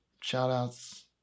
shout-outs